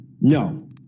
No